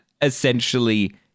essentially